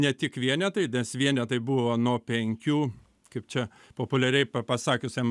ne tik vienetai nes vienetai buvo nuo penkių kaip čia populiariai pasakiusiam